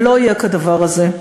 לא יהיה כדבר הזה.